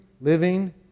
living